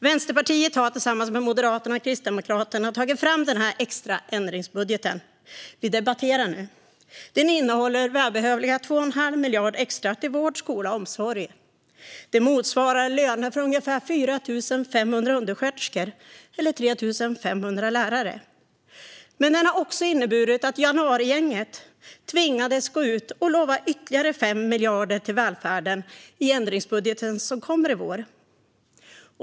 Vänsterpartiet har tillsammans med Moderaterna och Kristdemokraterna tagit fram den extra ändringsbudget som vi debatterar nu. Den innehåller välbehövliga 2 1⁄2 miljard extra till vård, skola och omsorg. Det motsvarar löner för ungefär 4 500 undersköterskor eller 3 500 lärare. Den har också inneburit att januarigänget tvingades gå ut och lova ytterligare 5 miljarder till välfärden i ändringsbudgeten som kommer i vår.